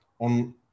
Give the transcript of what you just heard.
on